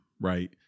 right